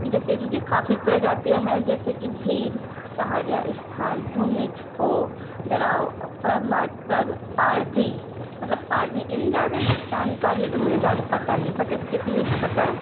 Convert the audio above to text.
جیسے ان کی کافی پرجاتیاں ہیں جیسے کہ بھیم سہریا استھال بھومیج ہو ڈھوننے ہو ڈراو پاردھی مطلب پاردھی ان زیادہ جان کاری تو مجھے زیادہ پتہ نہیں بٹ جتنے کا پتہ ہے